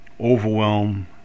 overwhelm